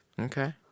Okay